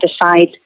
decide